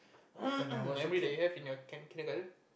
memory that you have in your kin~ kindergarten